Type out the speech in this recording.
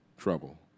trouble